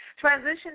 Transition